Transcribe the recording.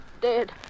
Dead